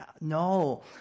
no